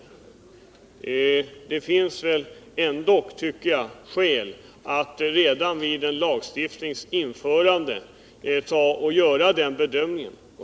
Det finns väl ändå skäl att göra den bedömningen redan vid lagens införande?